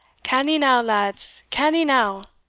canny now, lads, canny now!